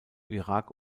irak